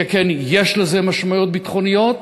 שכן יש לזה משמעויות ביטחוניות.